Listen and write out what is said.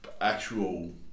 actual